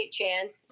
chance